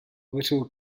little